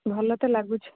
ଭଲ ତ ଲାଗୁଛି